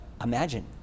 Imagine